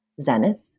zenith